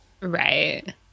right